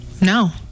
No